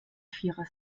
vierer